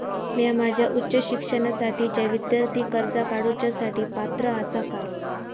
म्या माझ्या उच्च शिक्षणासाठीच्या विद्यार्थी कर्जा काडुच्या साठी पात्र आसा का?